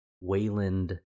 Wayland